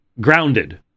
grounded